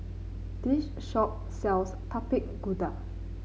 this shop sells Tapak Kuda